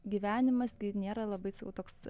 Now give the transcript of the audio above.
gyvenimas nėra labai sakau toks